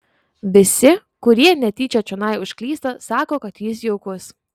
visi kurie netyčia čionai užklysta sako kad jis jaukus